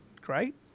great